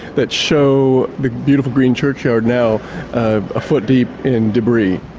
that show the beautiful green churchyard now a foot deep in debris.